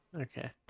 Okay